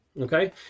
Okay